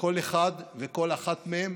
כל אחד וכל אחת מהם.